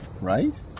right